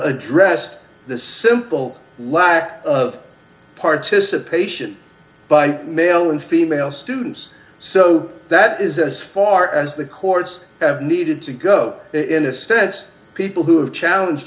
addressed the simple lack of participation by male and female students so that is as far as the courts have needed to go in a stance people who have challenged